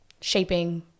shaping